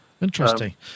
Interesting